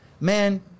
man